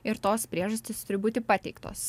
ir tos priežastys turi būti pateiktos